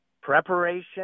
preparation